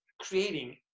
creating